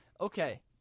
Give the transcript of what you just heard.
Okay